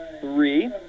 three